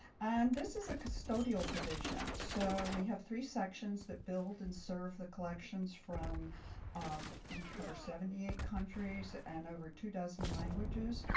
and this is a custodial division. so we have three sections that build and serve the collections from um we cover seventy eight countries and over two dozen languages.